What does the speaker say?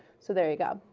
so there you go,